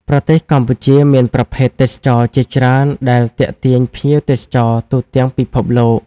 ប្រទេសកម្ពុជាមានប្រភេទទេសចរណ៍ជាច្រើនដែលទាក់ទាញភ្ញៀវទេសចរទូទាំងពិភពលោក។